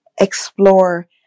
explore